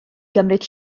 gymryd